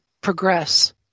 progress